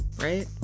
Right